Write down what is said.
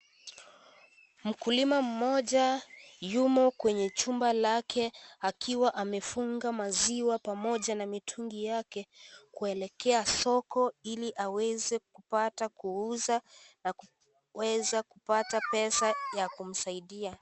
Mkulima mmoja yumo kwenye chumba lake; akiwa amefunga maziwa pamoja na mitungi yake kuelekea soko, ili kupata kuuza na kuweza kupata pesa ya kumsaidia.